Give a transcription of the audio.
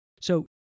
So-